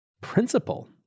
principle